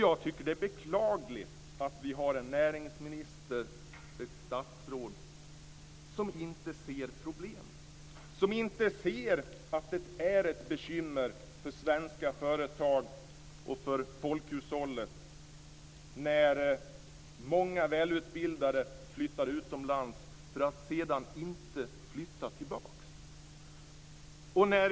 Jag tycker att det är beklagligt att vi har en näringsminister - ett statsråd - som inte ser problemen och som inte ser att det är ett bekymmer för svenska företag och för folkhushållet att många välutbildade flyttar utomlands för att sedan inte flytta tillbaks.